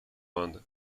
banda